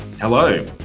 Hello